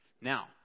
Now